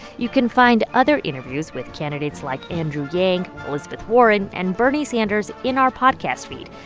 you can find other interviews with candidates like andrew yang, elizabeth warren and bernie sanders in our podcast feed.